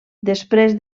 després